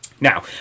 now